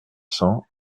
cents